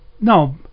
no